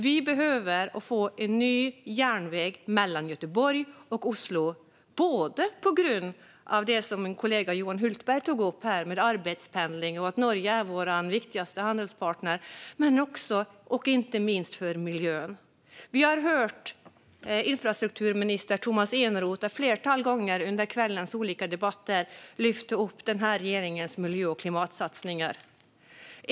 Vi behöver få en ny järnväg mellan Göteborg och Oslo på grund av det som min kollega Johan Hultberg tog upp om arbetspendling och att Norge är vår viktigaste handelspartner, men också - inte minst - för miljön. Vi har hört infrastrukturminister Tomas Eneroth ett flertal gånger under kvällens olika debatter lyfta upp regeringens miljö och klimatsatsningar.